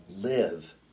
live